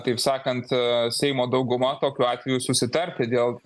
taip sakant aa seimo dauguma tokiu atveju susitarti dėl